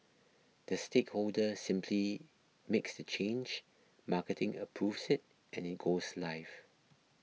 the stakeholder simply makes the change marketing approves it and it goes live